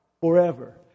forever